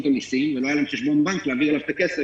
המיסים ולא היה להן חשבון להעביר אליו את הכסף.